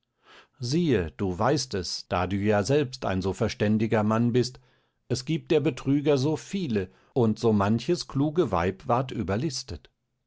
siehe du weißt es da du ja selbst ein so verständiger mann bist es giebt der betrüger so viele und so manches kluge weib ward überlistet